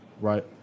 right